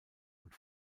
und